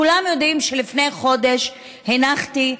כולם יודעים שלפני חודש הנחתי,